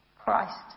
Christ